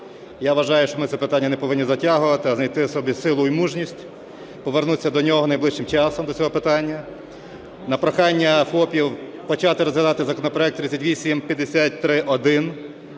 Я вважаю, що ми це питання не повинні затягувати, а знайти у себе силу і мужність повернутися до нього найближчим часом, до цього питання. На прохання ФОПів почати розглядати законопроект 3853-1.